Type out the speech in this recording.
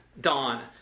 Dawn